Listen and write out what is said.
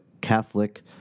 Catholic